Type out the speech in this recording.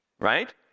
right